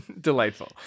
Delightful